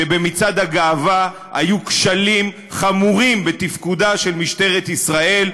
כשבמצעד הגאווה היו כשלים חמורים בתפקודה של משטרת ישראל,